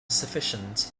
sufficient